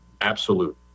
absolute